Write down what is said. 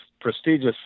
prestigious